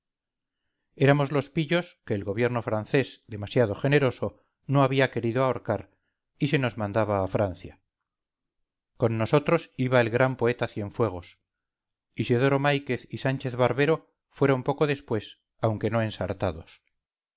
eramos los pillos que el gobierno francés demasiado generoso no había querido ahorcar y se nos mandaba a francia con nosotros iba el gran poeta cienfuegos isidoro máiquez y sánchez barbero fueron poco después aunque no ensartados